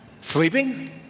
Sleeping